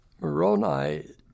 Moroni